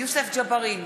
יוסף ג'בארין,